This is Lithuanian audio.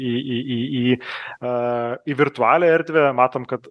į į į a į virtualią erdvę matom kad